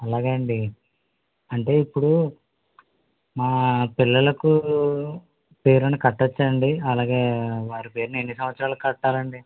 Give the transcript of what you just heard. అలాగాండి అంటే ఇప్పుడూ మా పిల్లలకు పేరున కట్టచాండి అలాగే వారి పేరున ఎన్ని సంవత్సరాలకి కట్టాలండి